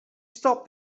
stop